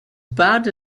bad